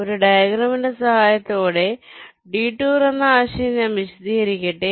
ഒരു ഡയഗ്രാമിന്റെ സഹായത്തോടെ ഡിടൂർ എന്ന ആശയം ഞാൻ വിശദീകരിക്കട്ടെ